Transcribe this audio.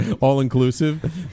All-inclusive